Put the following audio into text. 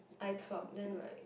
iCloud then like